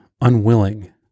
unwilling